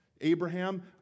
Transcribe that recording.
Abraham